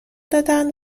دادن